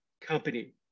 Company